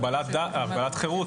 הגבלת חרות,